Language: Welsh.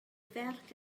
ferch